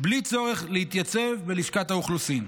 בלי צורך להתייצב בלשכת האוכלוסין.